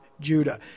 Judah